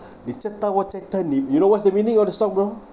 你知道我在等你 you know what's the meaning of the song bro